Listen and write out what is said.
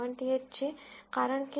78 છે કારણ કે 0